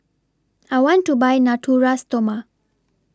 I want to Buy Natura Stoma